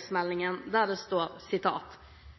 sitere fra